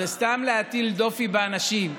זה סתם להטיל דופי באנשים.